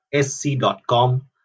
sc.com